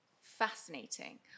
fascinating